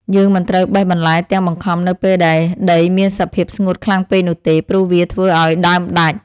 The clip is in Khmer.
យើងមិនត្រូវបេះបន្លែទាំងបង្ខំនៅពេលដែលដីមានសភាពស្ងួតខ្លាំងពេកនោះទេ ព្រោះវាធ្វើឱ្យដើមដាច់។